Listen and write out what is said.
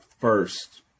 first